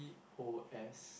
C O S